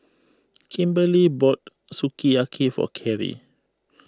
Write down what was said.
Kimberly bought Sukiyaki for Kerri